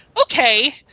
Okay